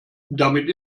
damit